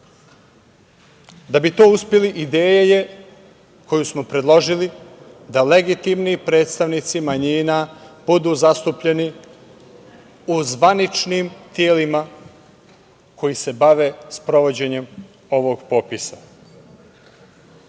Da bi to uspeli, ideja je, koju smo predložili da legitimni predstavnici manjina budu zastupljeni u zvaničnim telima, koji se bave sprovođenjem ovog popisa.U